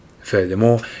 Furthermore